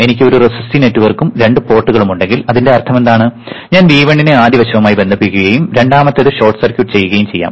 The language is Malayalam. എനിക്ക് ഒരു റെസിസ്റ്റീവ് നെറ്റ്വർക്കും രണ്ട് പോർട്ടുകളും ഉണ്ടെങ്കിൽ അതിന്റെ അർത്ഥമെന്താണ് ഞാൻ V1 നെ ആദ്യ വശവുമായി ബന്ധിപ്പിക്കുകയും രണ്ടാമത്തേത് ഷോർട്ട് സർക്യൂട്ട് ചെയ്യുകയും ചെയ്യാം